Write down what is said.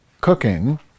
cooking